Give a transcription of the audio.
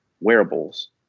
wearables